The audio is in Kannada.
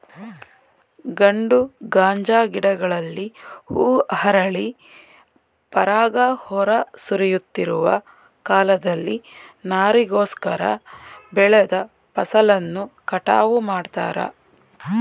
ಗಂಡು ಗಾಂಜಾ ಗಿಡಗಳಲ್ಲಿ ಹೂ ಅರಳಿ ಪರಾಗ ಹೊರ ಸುರಿಯುತ್ತಿರುವ ಕಾಲದಲ್ಲಿ ನಾರಿಗೋಸ್ಕರ ಬೆಳೆದ ಫಸಲನ್ನು ಕಟಾವು ಮಾಡ್ತಾರೆ